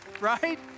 right